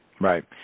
Right